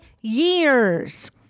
years